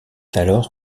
alors